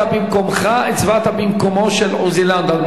לא הצבעת במקומך, הצבעת במקומו של עוזי לנדאו.